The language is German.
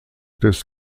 des